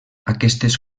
aquestes